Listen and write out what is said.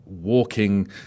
walking